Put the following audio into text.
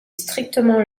strictement